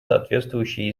соответствующие